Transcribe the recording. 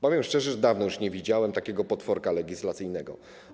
Powiem szczerze, że już dawno nie widziałem takiego potworka legislacyjnego.